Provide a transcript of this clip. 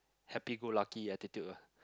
happy go lucky attitude ah